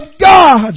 God